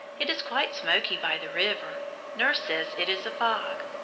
it is quite smoky by the river nurse says it is a fog.